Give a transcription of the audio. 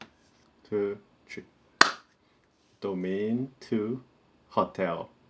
two three domain two hotel